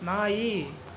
ನಾಯಿ